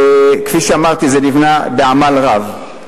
וכפי שאמרתי, זה נבנה בעמל רב.